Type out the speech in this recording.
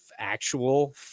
Actual